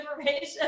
information